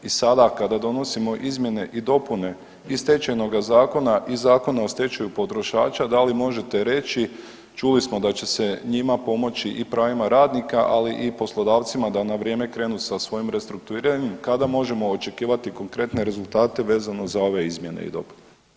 I sada kada donosimo izmjene i dopune i stečajnoga zakona i Zakona o stečaju potrošača da li možete reći, čuli smo da će se njima pomoći i pravima radnika, ali i poslodavcima da na vrijeme krenu sa svojim restrukturiranjem kada možemo očekivati konkretne rezultate vezano za ove izmjene i dopune?